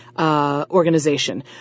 organization